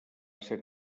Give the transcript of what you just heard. ser